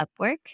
Upwork